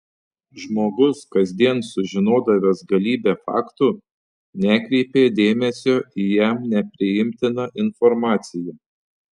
žmogus kasdien sužinodavęs galybę faktų nekreipė dėmesio į jam nepriimtiną informaciją